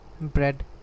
Bread